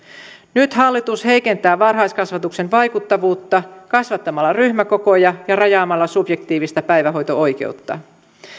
nyt hallitus heikentää varhaiskasvatuksen vaikuttavuutta kasvattamalla ryhmäkokoja ja rajaamalla subjektiivista päivähoito oikeutta